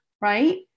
right